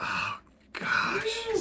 gosh.